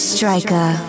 Striker